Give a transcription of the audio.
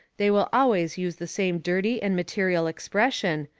they will always use the same dirty and material expression,